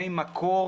מי מקור,